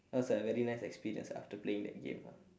it was a very nice experience after playing that game lah